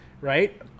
right